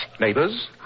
Neighbors